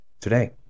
today